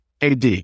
AD